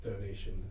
donation